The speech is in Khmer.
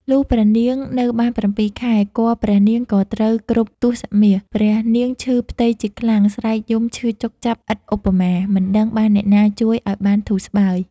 លុះព្រះនាងនៅបាន ៧ ខែ គភ៌ព្រះនាង ក៏ត្រូវគ្រប់ទសមាស ព្រះនាងឈឺផ្ទៃជាខ្លាំង ស្រែកយំឈឺចុកចាប់ឥតឧបមា មិនដឹងបានអ្នកណាជួយឲ្យបានធូរស្បើយ។